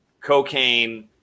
Cocaine